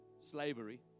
slavery